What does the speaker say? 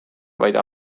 vaid